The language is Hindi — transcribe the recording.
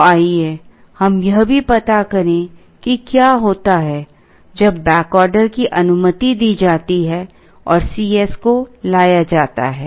तो आइए हम यह भी पता करें कि क्या होता है जब बैक ऑर्डर की अनुमति दी जाती है और Cs को लाया जाता है